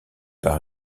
par